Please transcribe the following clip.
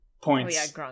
points